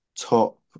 top